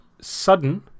sudden